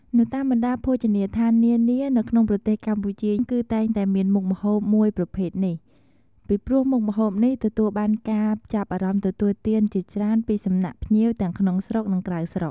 នៅតាមបណ្តាភោជនីយដ្ធាននានា នៅក្នុងប្រទេសកម្ពុជាគឺតែងតែមានមុខម្ហូបមួយប្រភេទនេះ ពីព្រោះមុខម្ហូបនេះទទួលបានការចាប់អារម្មណ៌ទទួលទានជាច្រើនពីសំណាក់ភ្ញៀវទាំងក្នុងស្រុកនិងក្រៅស្រុក។